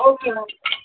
okay ma'am